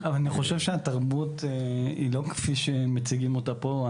אני חושב שהתרבות היא לא כפי שמציגים אותה פה.